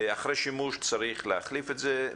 אחרי שימוש צריך להחליף את זה.